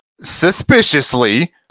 Suspiciously